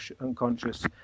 unconscious